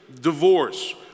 divorce